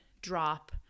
drop